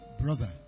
brother